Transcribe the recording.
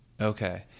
Okay